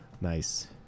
Nice